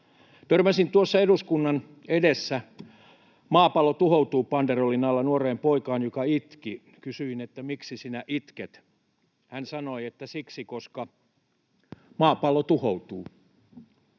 Törmäsin tuossa eduskunnan edessä Maapallo tuhoutuu ‑banderollin alla nuoreen poikaan, joka itki. Kysyin, että miksi sinä itket. Hän sanoi, että koska maapallo tuhoutuu.